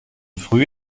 früh